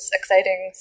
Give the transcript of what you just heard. exciting